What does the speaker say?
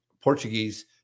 Portuguese